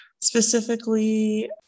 specifically